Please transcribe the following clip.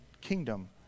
kingdom